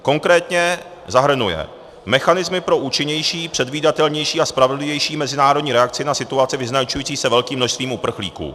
Konkrétně zahrnuje mechanismy pro účinnější, předvídatelnější a spravedlivější mezinárodní reakci na situaci vyznačující se velkým množstvím uprchlíků.